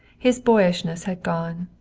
his boyishness had gone.